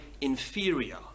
inferior